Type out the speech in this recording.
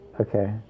okay